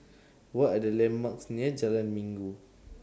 What Are The landmarks near Jalan Minggu